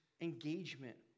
engagement